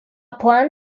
plan